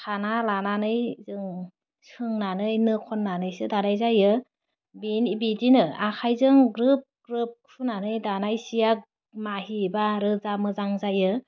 साना लानानै जों सोंनानै नो खन्नानैसो दानाय जायो बेनि बिदिनो आखाइजों ग्रोब ग्रोब खुनानै दानाय सिया माहिबा रोजा मोजां जायो